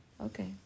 Okay